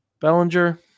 Bellinger